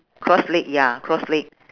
cross leg ya cross leg